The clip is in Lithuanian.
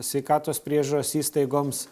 sveikatos priežiūros įstaigoms